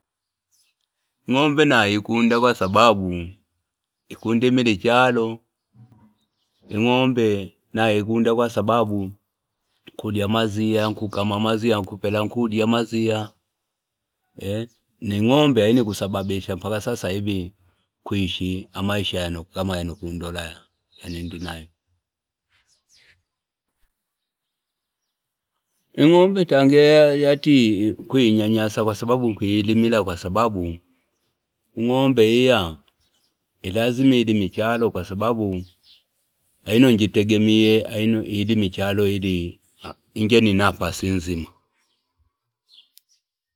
Ing'ombe naikunda kwa sababu ikundimile ichalo kwa sababu nkulya maziya nkupeleka nkukama maziya indya ni ng'ombe ayino ikusababisha nkuishi meisha yano kama ukundola, yaa yano indinayo, ing'ombe yatanga yati nkuinyamasa kwa sababu nkuilimila kwa sababu ing'ombe iya ilazima ilime ichalo kwa sababu aiyino injitegemie aiyino ilime ichalo ili inje ni nafasi inzima.